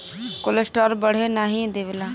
cholesterol बढ़े नाही देवला